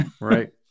right